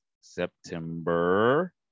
September